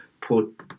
put